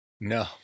No